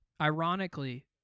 ironically